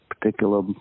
particular